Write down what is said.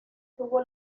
tuvo